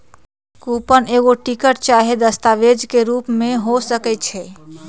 coupon एगो ticket चाहे दस्तावेज के रूप में हो सकइ छै